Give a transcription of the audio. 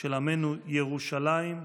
של עמנו, ירושלים,